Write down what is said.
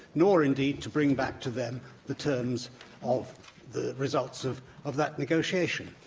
nor, indeed, to bring back to them the terms of the results of of that negotiation.